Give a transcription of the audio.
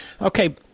Okay